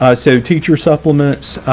ah so teacher supplements,